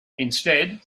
instead